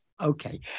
Okay